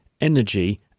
energy